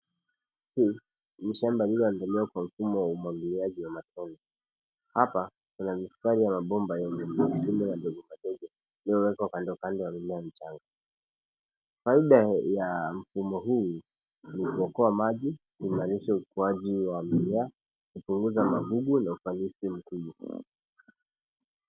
Hii ni shamba iliyoandaliwa kwa mfumo wa umwagiliaji wa matone. Hapa kuna mistari ya mabomba yenye mashimo madogo madogo inayowekwa kando kando ya mimea michanga. Faida ya mfumo huu ni kuokoa maji ukilinganisha ukuaji wa mimea, kupunguza magugu na ufanisi mkubwa.